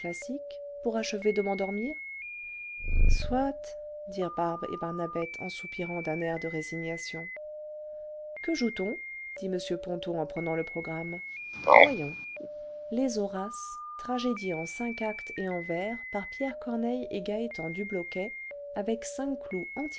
pour achever de m'endormir soit dirent barbe et barnabette en soupirant d'un air de résignation que joue t on dit m ponto en prenant le programme voyons le vingtième siècle les horaces tragédie en actes et en vers par pierre corneille et gaétan dubloquet avec clous